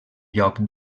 lloc